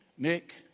Nick